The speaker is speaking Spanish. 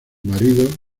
marido